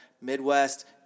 Midwest